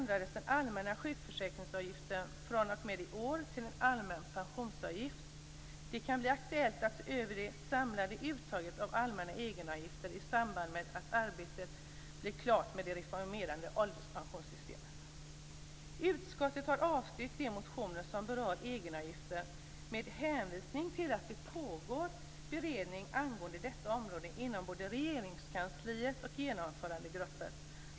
Den allmänna sjukförsäkringsavgiften ändrades t.ex. till en allmän pensionsavgift fr.o.m. i år. Det kan bli aktuellt att se över det samlade uttaget av allmänna egenavgifter i samband med att arbetet med det reformerade ålderspensionssystemet blir klart. Utskottet har avstyrkt de motioner som berör egenavgifter med hänvisning till att det pågår beredning angående detta område inom både Regeringskansliet och genomförandegruppen.